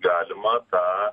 galima tą